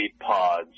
pods